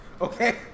okay